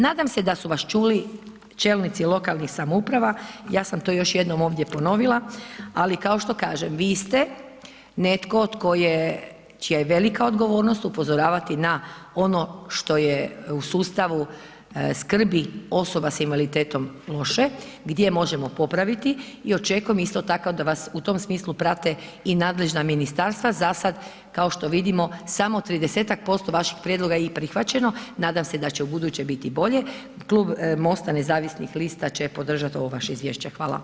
Nadam se da su vas čuli čelnici lokalnih samouprava, ja sam to još jednom ovdje ponovila ali kao što kažem, vi ste netko čija je velika odgovornost upozoravati na ono što je u sustavu skrbi osoba s invaliditetom loše, gdje možemo popraviti i očekujem isto tako da vas u tom smislu prate i nadležna ministarstva, zasad kao što vidimo, samo 30-ak posto vaših prijedloga je i prihvaćeno, nadam se da će ubuduće biti bolje, klub MOST-a nezavisnih lista će podržati ovo vaše izvješće, hvala.